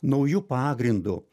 nauju pagrindu